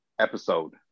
episode